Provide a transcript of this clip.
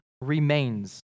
remains